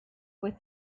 with